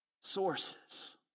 sources